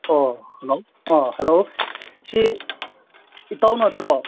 ꯑꯣ ꯍꯜꯂꯣ ꯑꯣ ꯍꯜꯂꯣ ꯁꯤ ꯏꯇꯥꯎ ꯅꯠꯇ꯭ꯔꯣ